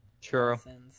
Sure